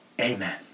Amen